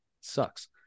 Sucks